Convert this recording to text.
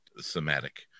thematic